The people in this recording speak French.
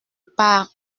par